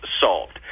solved